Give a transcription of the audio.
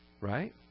Right